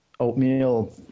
oatmeal